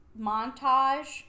montage